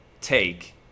take